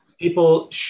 people